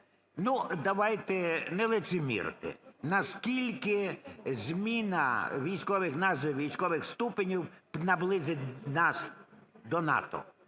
Давайте не лицемірити. Наскільки зміна військових назв і військових ступенів наблизить нас до НАТО?